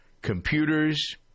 computers